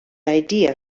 idea